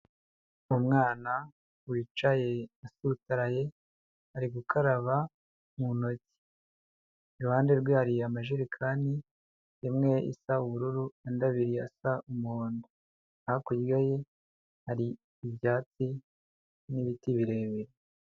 Umwana wicaye asutaraye, ari gukaraba mu ntoki, iruhande rwe hari amajerekani, imwe isa ubururu, andi abiri asa umuhondo, hakurya ye hari ibyatsi n'ibiti birebire.